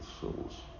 souls